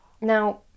Now